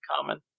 common